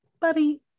buddy